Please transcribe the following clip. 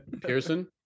Pearson